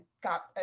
got